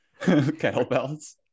Kettlebells